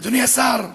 אדוני השר,